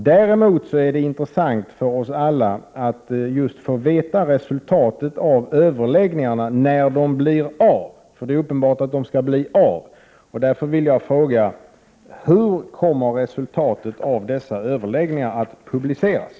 Däremot är det intressant för oss alla att få veta resultatet av överläggningarna när de blir av. Det är uppenbart att de skall bli av. Jag vill därför fråga: Hur kommer resultatet av dessa överläggningar att publiceras?